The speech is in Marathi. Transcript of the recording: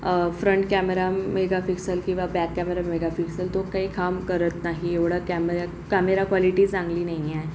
फ्रन्ट कॅमेरा मेगाफिक्सल किंवा बॅक कॅमेरा मेगाफिक्सल तो काही काम करत नाही एवढा कॅमे कॅमेरा क्वालिटी चांगली नाही आहे